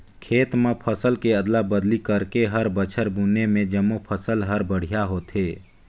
खेत म फसल के अदला बदली करके हर बछर बुने में जमो फसल हर बड़िहा होथे